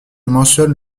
mentionne